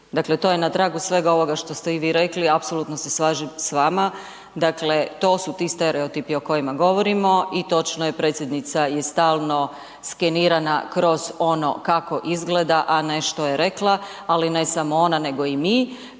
Dakle to je na tragu svega ovoga što ste i vi rekli, apsolutno se slažem s vama. Dakle, to su ti stereotipi o kojima govorimo i točno je predsjednica stalno skenirana kroz ono kako izgleda, a ne što je rekla, ali ne samo ona nego i mi,